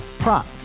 Prop